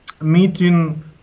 meeting